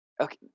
Okay